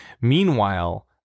Meanwhile